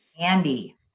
Andy